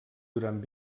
durant